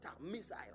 missile